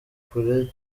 kure